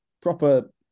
proper